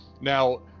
now